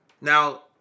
Now